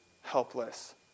helpless